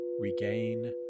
regain